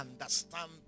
understand